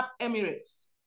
Emirates